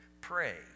pray